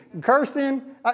Kirsten